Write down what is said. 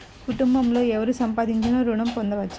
కుటుంబంలో ఎవరు సంపాదించినా ఋణం పొందవచ్చా?